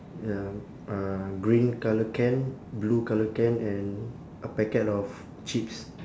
ya uh green colour can blue colour can and a packet of chips